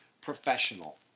professional